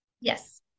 Yes